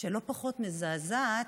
לא פחות מזעזעת.